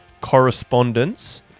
correspondence